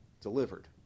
delivered